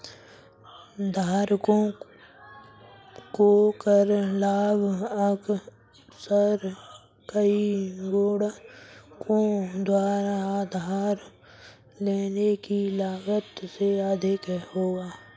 धारकों को कर लाभ अक्सर कई गुणकों द्वारा उधार लेने की लागत से अधिक होगा